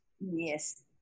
Yes